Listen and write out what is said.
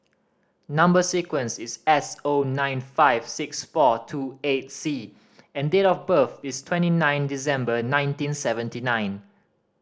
number sequence is S O nine five six four two eight C and date of birth is twenty nine December nineteen seventy nine